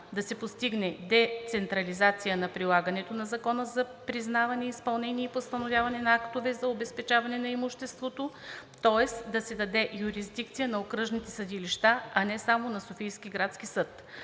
да се постигне децентрализация при прилагането на Закона за признаване, изпълнение и постановяване на актове за обезпечаване на имущество, тоест да се даде юрисдикция на окръжните съдилища, а не само на Софийския градски съд.